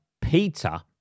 Peter